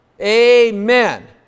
Amen